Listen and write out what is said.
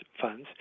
funds